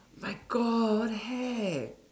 my God what the heck